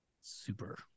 Super